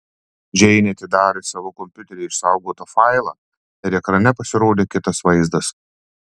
džeinė atidarė savo kompiuteryje išsaugotą failą ir ekrane pasirodė kitas vaizdas